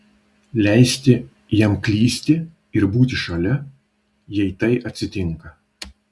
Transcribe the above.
leisti jam klysti ir būti šalia jei tai atsitinka